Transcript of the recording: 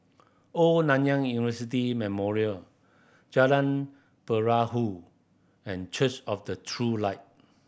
Old Nanyang University Memorial Jalan Perahu and Church of the True Light